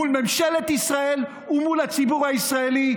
מול ממשלת ישראל ומול הציבור הישראלי,